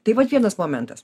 tai vat vienas momentas